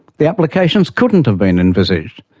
the applications couldn't have been envisaged,